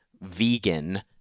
vegan